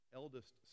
eldest